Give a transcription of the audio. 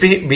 P B